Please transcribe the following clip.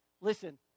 Listen